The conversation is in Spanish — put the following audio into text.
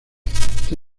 está